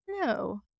No